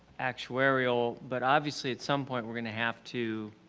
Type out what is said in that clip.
actuarial but obviously at some point we're gonna have to